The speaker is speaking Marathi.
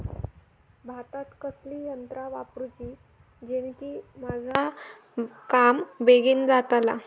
भातात कसली यांत्रा वापरुची जेनेकी माझा काम बेगीन जातला?